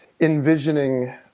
envisioning